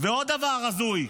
ועוד דבר הזוי,